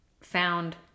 found